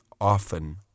often